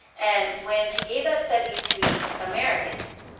and when he gave that study to americans,